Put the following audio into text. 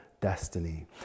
destiny